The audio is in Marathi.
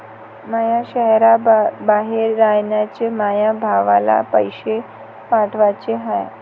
माया शैहराबाहेर रायनाऱ्या माया भावाला पैसे पाठवाचे हाय